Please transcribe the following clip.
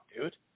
dude